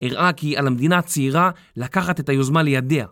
הראה כי על המדינה הצעירה לקחת את היוזמה לידיה.